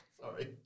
Sorry